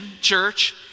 church